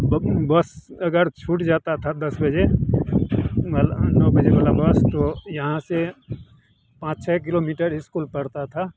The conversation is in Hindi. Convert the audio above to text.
कभी बस अगर छूट जाती थी दस बजे मतलब नौ बजे वाली बस तो यहाँ से पाँच छः किलोमीटर इस्कूल पड़ता था